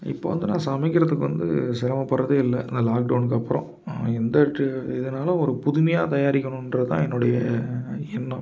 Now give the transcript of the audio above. இப்போ வந்து நான் சமைக்கிறதுக்கு வந்து சிரமப்படுறதே இல்லை லாக்டவுன்க்கு அப்புறம் எந்த டெ எதுனாலும் ஒரு புதுமையாக தயாரிக்கணுன்றது தான் என்னுடைய எண்ணம்